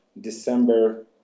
December